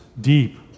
deep